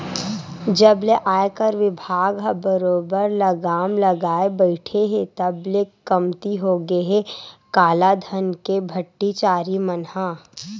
जब ले आयकर बिभाग ह बरोबर लगाम लगाए बइठे हे तब ले कमती होगे हे कालाधन के भस्टाचारी मन ह